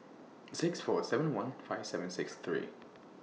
six four seven one five seven six three